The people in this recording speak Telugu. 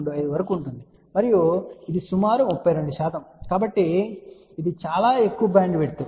25 వరకు ఉంటుంది మరియు ఇది సుమారు 32 కాబట్టి ఇది చాలా ఎక్కువ బ్యాండ్విడ్త్ సరే